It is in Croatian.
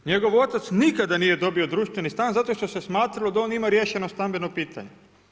Njegov otac nikad nije dobio društveni stan zato što se smatralo da on ima riješeno stambeno pitanje.